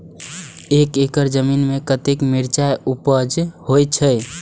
एक एकड़ जमीन में कतेक मिरचाय उपज होई छै?